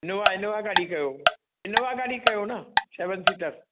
Innova Innova गाॾी कयो Innova गाॾी कयो न सेवन सीटर